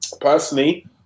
Personally